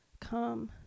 Come